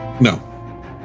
No